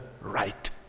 right